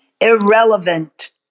irrelevant